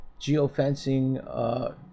Geofencing